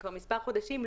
וכבר מספר חודשים,